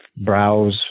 browse